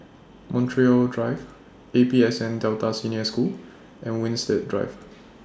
Montreal Drive A P S N Delta Senior School and Winstedt Drive